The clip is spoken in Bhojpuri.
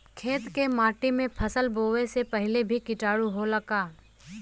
खेत के माटी मे फसल बोवे से पहिले भी किटाणु होला का?